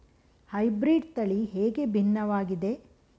Hybrid ತಳಿ ಹೇಗೆ ಭಿನ್ನವಾಗಿದೆ?